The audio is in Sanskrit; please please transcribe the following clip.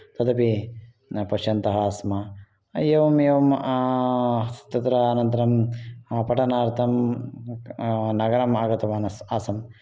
तदपि पश्यन्तः आस्म एवम् एवं तत्र अनन्तरं पठनार्थं नगरम् आगतवान् आसम्